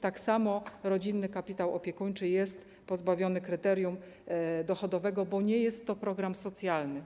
Tak samo rodzinny kapitał opiekuńczy jest pozbawiony kryterium dochodowego, bo nie jest to program socjalny.